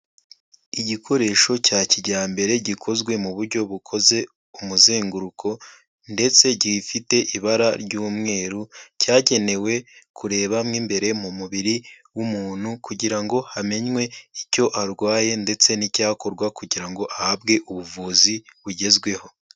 Igikoresho cya kijyambere gikozwe mu buryo bukoze umuzenguruko ndetse gifite ibara ry'umweru, cyagenewe kureba mo imbere mu mubiri w'umuntu kugira ngo hamenywe icyo arwaye ndetse n'icyakorwa kugira ngo ahabwe ubuvuzi bugezweho.